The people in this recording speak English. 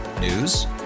News